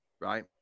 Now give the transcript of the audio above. right